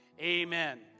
Amen